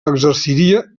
exerciria